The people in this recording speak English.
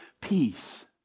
Peace